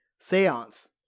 seance